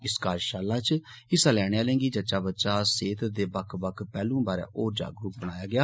इस कार्यशाला इच हिस्सा लैने आलें गी जच्चा बच्चा सेहतदे बक्ख बक्ख पेहल्एं बारे होर जागरुक बनाया गेआ